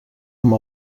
amb